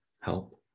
help